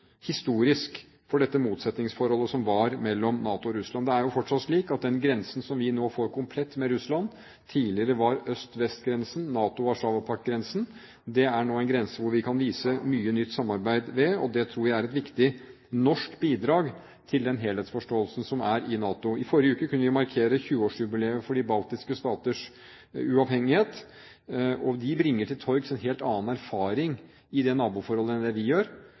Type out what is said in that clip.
historisk – for dette motsetningsforholdet som var mellom NATO og Russland. Det er jo fortsatt slik at den grensen som vi nå får komplett med Russland, tidligere var øst–vest-grensen, NATO–Warszawapakt-grensen. Dette er nå en grense der vi kan vise mye nytt samarbeid, og det tror jeg er et viktig norsk bidrag til den helhetsforståelsen som er i NATO. I forrige uke kunne vi markere 20-årsjubileum for de baltiske staters uavhengighet, og de bringer til torgs en helt annen erfaring i det naboforholdet enn det vi gjør.